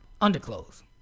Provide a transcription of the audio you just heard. Underclothes